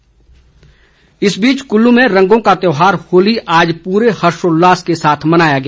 कुल्लू होली कुल्लू में रंगों का त्योहार होली आज पूरे हर्षोल्लास के साथ मनाया गया